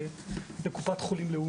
ביחד.